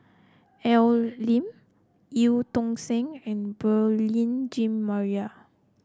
Al Lim Eu Tong Sen and Beurel Jean Marie